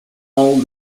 all